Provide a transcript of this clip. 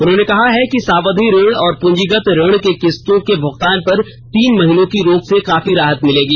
उन्होंने कहा है कि सावधि ऋण और पूंजीगत ऋण की किस्तों के भुगतान पर तीन महीनों की रोक से काफी राहत मिलेगी